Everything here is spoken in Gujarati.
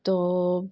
તો